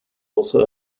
also